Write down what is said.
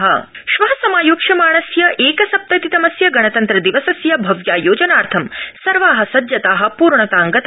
गणतन्त्रदिवस श्व समायोक्ष्यमाणस्य एकसप्तति तमस्य गणतन्त्र दिवसस्य भव्यायोजनार्थं सर्वा सज्जता पूर्णतां गता